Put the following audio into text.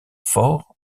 forts